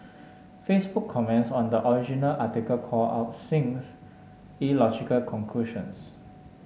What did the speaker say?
Facebook comments on the original article called out Singh's illogical conclusions